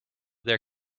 there